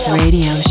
radio